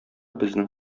безнең